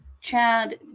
Chad